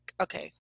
okay